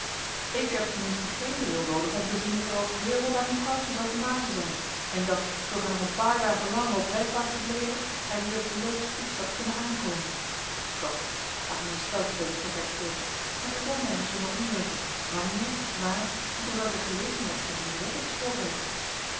ik heb ten minste geen bril noodig om te zien dat er al heel wat aan uw kousen zal te mazen zijn en dat zoo gij nog een paar dagen langer op reis waart gebleven gij hier blootsvoets hadt kunnen aankomen doch laat ons een speldje bij die gekheid steken en vertel mij eens zonder omwegen wanneer waar en ter welker gelegenheid gij henriëtte gesproken hebt